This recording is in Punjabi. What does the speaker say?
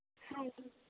ਹਾਂਜੀ